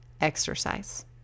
exercise